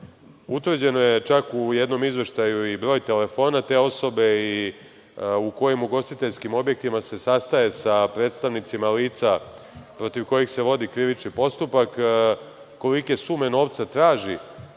utvrđen je čak u jednom izveštaju i broj telefona te osobe i u kojom ugostiteljskim objektima se sastaje sa predstavnicima lica protiv kojih se vodi krivični postupak, kolike sume novca traži